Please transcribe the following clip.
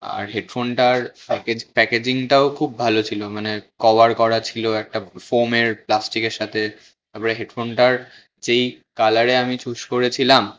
আর হেডফোনটার প্যাকেজ প্যাকেজিংটাও খুব ভালো ছিলো মানে কভার করা ছিলো একটা ফোমের প্লাস্টিকের সাথে তারপরে হেডফোনটার যেই কালার আমি চুস করেছিলাম